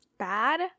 bad